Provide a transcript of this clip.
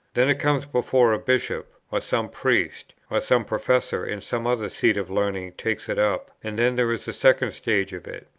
then it comes before a bishop or some priest, or some professor in some other seat of learning takes it up and then there is a second stage of it.